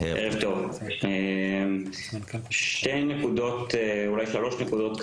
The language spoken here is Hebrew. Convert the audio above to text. ערב טוב, יש לי שלוש נקודת קצרות.